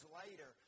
later